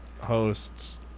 hosts